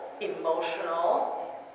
emotional